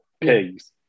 pigs